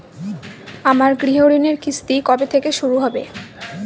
আমার গৃহঋণের কিস্তি কবে থেকে শুরু হবে?